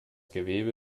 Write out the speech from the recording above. gewebe